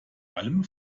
allem